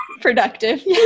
productive